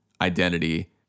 identity